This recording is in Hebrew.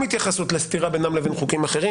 התייחסות לסתירה בינם לבין חוקים אחרים.